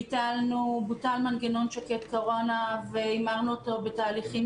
בוטל מנגנון שק"ד קורונה והימרנו אותו בתהליכים